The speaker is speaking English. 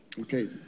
Okay